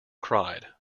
cried